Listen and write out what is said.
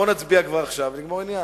בואו נצביע כבר עכשיו ונגמור עניין.